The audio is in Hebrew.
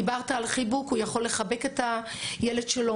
דיברת על חיבוק, הוא יכול לחבק את הילד שלו.